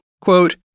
Quote